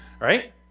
right